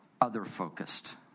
other-focused